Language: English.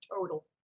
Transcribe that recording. total